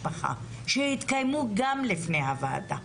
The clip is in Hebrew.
לי על מחלקי משפחה שהתקיימו גם לפני הוועדה.